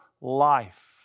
life